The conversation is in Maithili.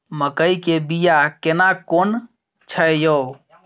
मकई के बिया केना कोन छै यो?